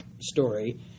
story